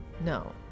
No